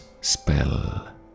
spell